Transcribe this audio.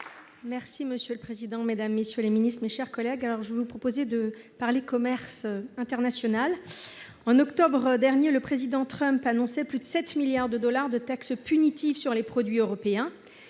Monsieur le président, mesdames, messieurs les ministres, mes chers collègues, je vous propose de parler d'un autre sujet : le commerce international. En octobre dernier, le président Trump a annoncé plus de 7 milliards de dollars de taxes punitives sur les produits européens.